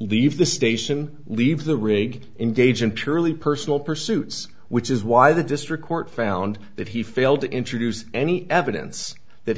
leave the station leave the rig engage in purely personal pursuits which is why the district court found that he failed to introduce any evidence that